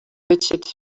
võtsid